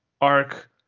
arc